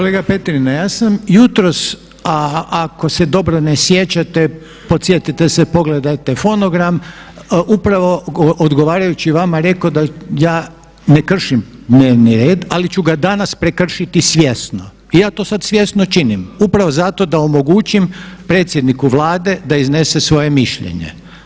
Kolega Petrina, ja sam jutros, a ako se dobro ne sjećate, podsjetite se, pogledajte fonogram, upravo odgovarajući vama rekao da ja ne kršim dnevni red ali ću ga danas prekršiti svjesno i ja to sada svjesno činim upravo zato da omogućim predsjedniku Vlade da iznese svoje mišljenje.